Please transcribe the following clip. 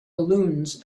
balloons